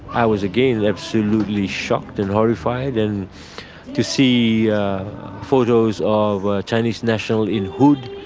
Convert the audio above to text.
i was again absolutely shocked and horrified and to see photos of chinese nationals in hoods